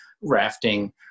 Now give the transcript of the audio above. rafting